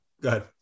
good